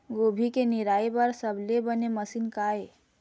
गोभी के निराई बर सबले बने मशीन का ये?